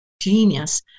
genius